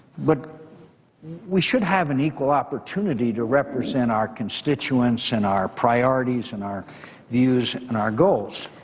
but we should have an equal opportunity to represent our constituents and our priorities and our views and our goals,